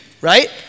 right